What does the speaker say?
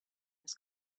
his